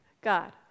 God